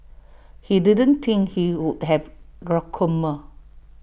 he didn't think he would have glaucoma